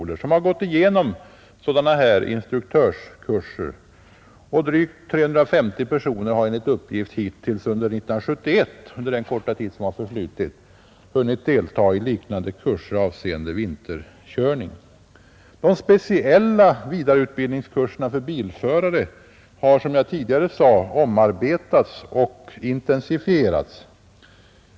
Dessa personer har gått igenom sådana instruktörskurser, och enligt uppgift har drygt 350 hittills under den korta tid som förflutit av 1971 hunnit delta i liknande kurser avseende vinterkörning. De speciella utbildningskurserna för bilförare har som jag tidigare sade omarbetats och intensifierats.